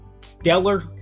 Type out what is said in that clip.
stellar